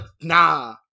nah